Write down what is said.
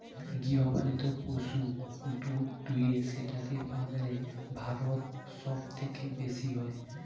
গৃহপালিত পশু দুধ দুয়ে সেটাকে বাজারে ভারত সব থেকে বেশি হয়